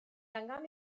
angen